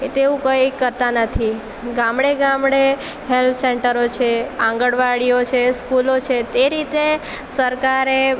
તેવું કંઈ કરતાં નથી ગામડે ગામડે હેલ્થ સેન્ટરો છે આંગણવાડીઓ છે સ્કૂલો છે તે રીતે સરકારે